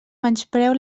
menyspreu